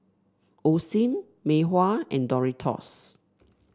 Osim Mei Hua and Doritos